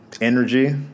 energy